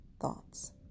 thoughts